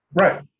Right